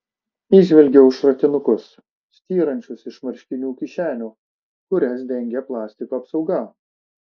įžvelgiau šratinukus styrančius iš marškinių kišenių kurias dengė plastiko apsauga